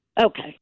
Okay